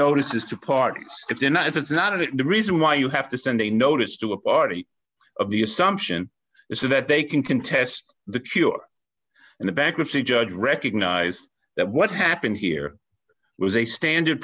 notices to parties if they're not it's not a reason why you have to send a notice to a party of the assumption so that they can contest the cure and the bankruptcy judge recognized that what happened here was a standard